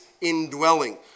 indwelling